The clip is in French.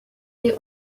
des